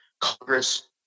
Congress